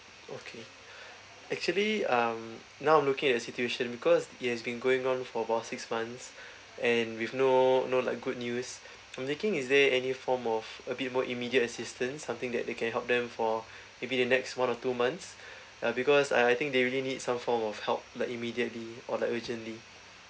okay actually um now I'm looking at the situation because it has been going on for about six months and with no no like good news I'm thinking is there any form of a bit more immediate assistance something that they can help them for maybe the next one or two months uh because uh I think they really need some form of help like immediately or like urgently